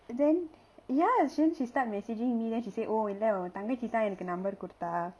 and then ya since she start messaging me then she say oh இல்ல உன் தங்கச்சி தான் எனக்கு:illa un thangachi thaan enakku number குடுத்தா:kuduthaa